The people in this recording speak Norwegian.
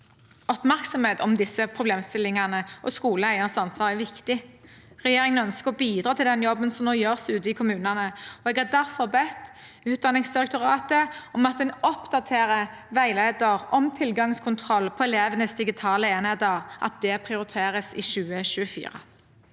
Oppmerksomhet om disse problemstillingene og skoleeiernes ansvar er viktig. Regjeringen ønsker å bidra til den jobben som nå gjøres ute i kommunene, og jeg har derfor bedt Utdanningsdirektoratet oppdatere veilederen om tilgangskontroll på elevenes digitale enheter, og at det prioriteres i 2024.